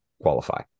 qualify